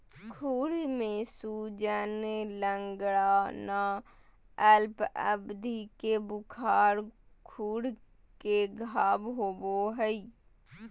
खुर में सूजन, लंगड़ाना, अल्प अवधि के बुखार, खुर में घाव होबे हइ